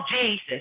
jesus